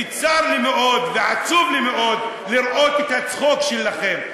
וצר לי מאוד, ועצוב לי מאוד, לראות את הצחוק שלכם.